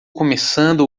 começando